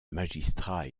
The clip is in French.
magistrats